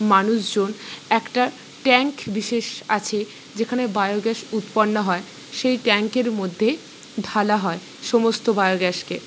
মানুষজন একটা ট্যাংক বিশেষ আছে যেখানে বায়োগ্যাস উৎপন্ন হয় সেই ট্যাংকের মধ্যে ঢালা হয় সমস্ত বায়োগ্যাসকে